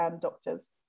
doctors